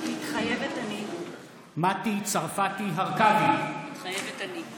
מתחייבת אני מטי צרפתי הרכבי, מתחייבת אני